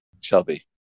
Shelby